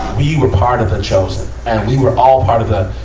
we were part of the chosen. and we were all part of the,